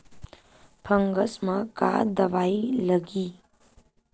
Fungus म का दवाई लगी?